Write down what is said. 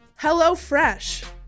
HelloFresh